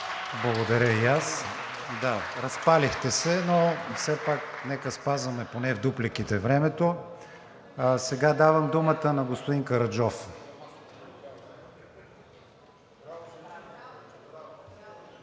Благодаря и аз. Да, разпалихте се, но все пак нека спазваме поне в дупликите времето. Сега давам думата на господин Караджов. ЗАМЕСТНИК